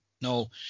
no